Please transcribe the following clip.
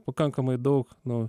pakankamai daug nu